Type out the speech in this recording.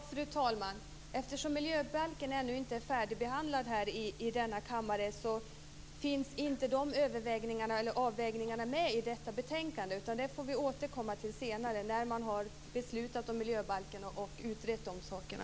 Fru talman! Eftersom miljöbalken ännu inte är färdigbehandlad i denna kammare finns inte de avvägandena med i detta betänkande. Vi får återkomma till det senare, när man har beslutat om miljöbalken och utrett de sakerna.